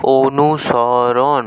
অনুসরণ